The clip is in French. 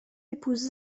épouse